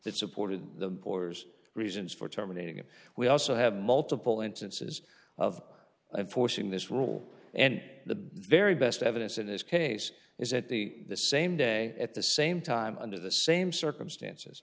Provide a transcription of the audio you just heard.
that supported the boars reasons for terminating it we also have multiple instances of of forcing this rule and the very best evidence in this case is that the the same day at the same time under the same circumstances